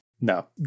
No